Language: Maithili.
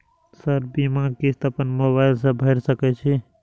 सर बीमा किस्त अपनो मोबाईल से भर सके छी?